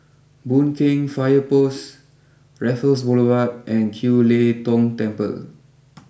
Boon Keng fire post Raffles Boulevard and Kiew Lee Tong Temple